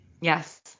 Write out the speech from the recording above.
yes